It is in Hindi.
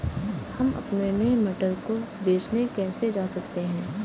हम अपने मटर को बेचने कैसे जा सकते हैं?